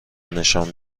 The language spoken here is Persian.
نشان